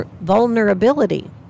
vulnerability